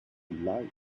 like